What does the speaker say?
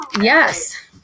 Yes